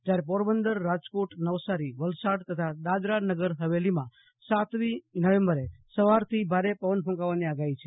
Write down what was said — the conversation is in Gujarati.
જ્યારે પોરબંદર રાજકોટ નવસારી વલસાડ તથા દાદરાનગર હવેલીમાં સાતમી નવેમ્બર સવારથી ભારે પવન કૂંકાવાની આગાહી છે